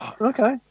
Okay